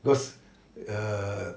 cause err